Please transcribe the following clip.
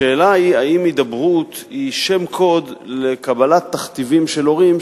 השאלה היא האם הידברות היא שם קוד לקבלת תכתיבים של הורים,